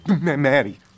Maddie